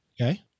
Okay